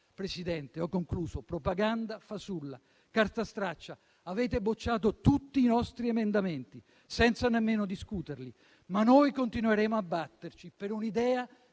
Presidente, ho concluso - è propaganda fasulla, carta straccia. Avete bocciato tutti i nostri emendamenti senza nemmeno discuterli, ma noi continueremo a batterci per un'idea